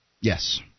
Yes